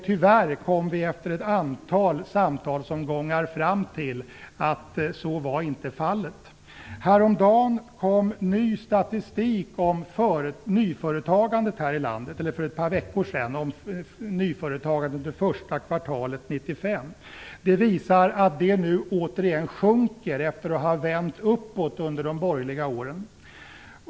Tyvärr kom vi efter ett antal samtalsomgångar fram till att så inte var fallet. För ett par veckor sedan kom ny statistik om nyföretagandet här i landet under första kvartalet 1995. Det visar sig att nyföretagandet nu åter minskar efter det att utvecklingen vänt uppåt under de borgerliga åren.